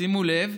שימו לב,